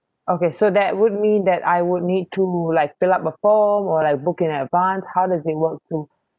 okay so that would mean that I would need to like fill up a form or like book in advance how does it work to